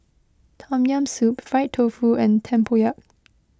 Tom Yam Soup Fried Tofu and Tempoyak